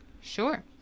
Sure